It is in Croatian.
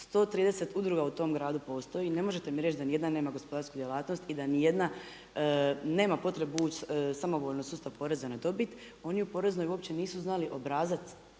130 udruga u tom gradu postoji i ne možete mi reći da niti jedna nema gospodarsku djelatnost i da niti jedna nema potrebu ući samovoljno u sustav poreza na dobit. Oni u poreznoj uopće nisu znali obrazac